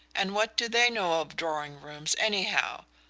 and what do they know of drawing-rooms, anyhow?